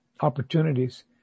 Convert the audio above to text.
opportunities